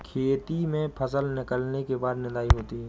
खेती में फसल निकलने के बाद निदाई होती हैं?